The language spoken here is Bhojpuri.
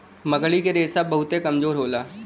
मकड़ी क रेशा बहुते कमजोर होला